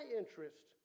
interest